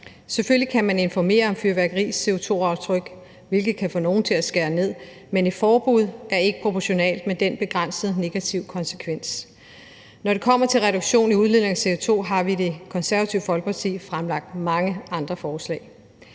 Selvfølgelig kan man informere om fyrværkeris CO2-aftryk, hvilket kan få nogle til at skære ned, men et forbud er ikke proportionalt med den begrænsede negative konsekvens. Når det kommer til reduktion i udledningen af CO2, har vi i Det Konservative Folkeparti fremlagt mange andre forslag.